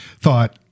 thought